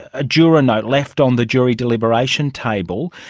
a juror note left on the jury deliberation table.